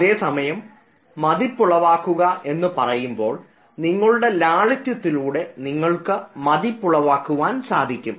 അതേസമയം മതിപ്പുളവാക്കുക എന്നുപറയുമ്പോൾ നിങ്ങളുടെ ലാളിത്യത്തിലൂടെ നിങ്ങൾക്ക് മതിപ്പുളവാക്കുവാൻ സാധിക്കും